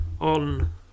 on